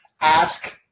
ask